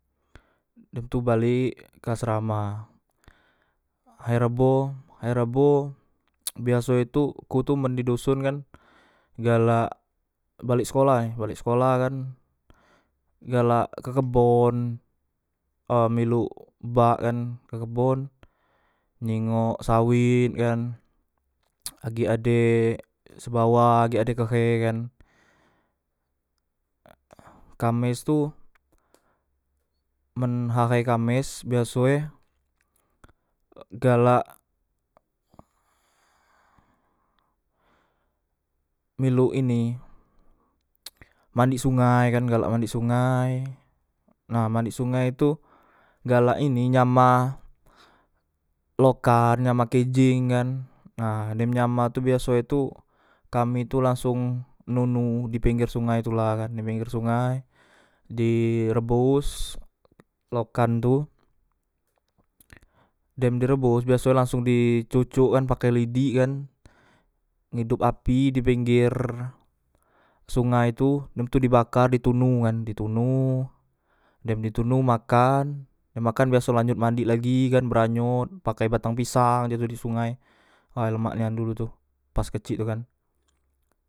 Dem tu balek ke asrama ahay rebo ahay rebo biaso e tu ku tu men di doson kan galak balek sekolah e balek sekolah kan galak ke kebon e melu bak kan ke kebon jingok e sawet kan agek ade subawa agek ade kehe kan kames tu men ahay kames biasoe e galak melu ini mandi sungai kan galak mandi sungai nah mandi sungai tu galak ini nyama lokan nyama kejeng kan nah dem nyama tu biasoe tu kami tu langsong nunu dipengger sungai tula kan dipengger sungai di rebos lokan tu dem direbos biasoe langsong di cocok kan pakai lidi kan ngedop api dipengger sungai tu dem tu dibakar di tunu kan di tunu den di tunu makan dem makan biasok lanjot mandi lagi kan beranyot makai batang pisang cak tu disungai way lemak nian dulu tu pas kecik tu kan